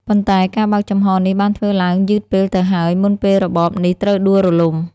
ប៉ុន្តែការបើកចំហរនេះបានធ្វើឡើងយឺតពេលទៅហើយ មុនពេលរបបនេះត្រូវដួលរំលំ។